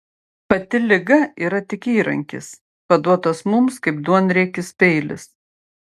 pati liga yra tik įrankis paduotas mums kaip duonriekis peilis